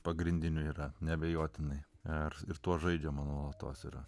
pagrindinių yra neabejotinai ar ir tuo žaidžiama motorą